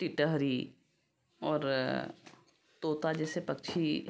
टिटहरी और तोता जैसे पक्षी